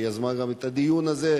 שיזמה גם את הדיון הזה.